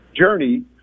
journey